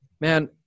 Man